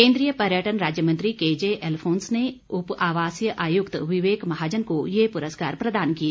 केन्द्रीय पर्यटन राज्य मंत्री केजे एलफोन्स से उप आवासीय आयुक्त विवेक महाजन ने यह पुरस्कार प्राप्त किए